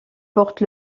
porte